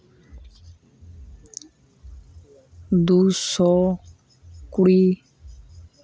ᱫᱩᱥᱚ ᱠᱩᱲᱤ